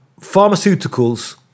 pharmaceuticals